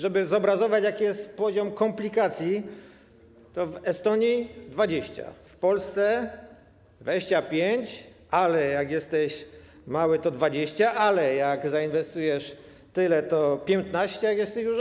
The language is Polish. Żeby zobrazować, jaki jest poziom komplikacji, to w Estonii - 20, w Polsce - 25, ale jak jesteś mały, to 20, jak zainwestujesz tyle, to 15, a jak jesteś duży.